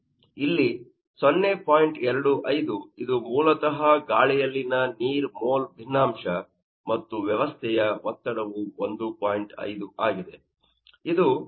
25 ಇದು ಮೂಲತಃ ಗಾಳಿಯಲ್ಲಿನ ನೀರಿನ ಮೋಲ್ ಭಿನ್ನಾಂಶ ಮತ್ತು ವ್ಯವಸ್ಥೆಯ ಒತ್ತಡವು 1